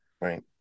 right